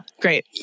great